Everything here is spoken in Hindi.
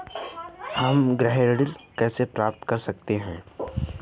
हम गृह ऋण कैसे प्राप्त कर सकते हैं?